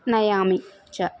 नयामि च